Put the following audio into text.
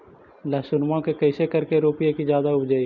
लहसूनमा के कैसे करके रोपीय की जादा उपजई?